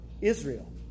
Israel